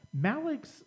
Malik's